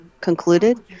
concluded